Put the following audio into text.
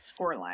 scoreline